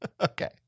Okay